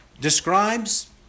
describes